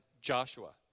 Joshua